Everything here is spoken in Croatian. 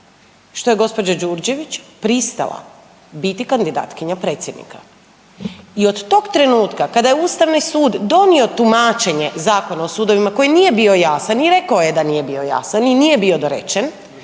što je gđa. Đurđević pristala biti kandidatkinja predsjednika i od tog trenutka kada je Ustavni sud donio tumačenje Zakona o sudovima koji nije bio jasan i rekao da je da nije bio jasan i nije bio dorečen